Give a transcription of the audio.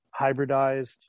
hybridized